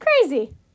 crazy